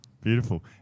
Beautiful